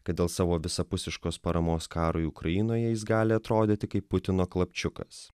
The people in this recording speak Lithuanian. kad dėl savo visapusiškos paramos karui ukrainoje jis gali atrodyti kaip putino klapčiukas